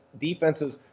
defenses –